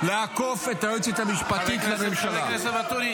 אין צורך.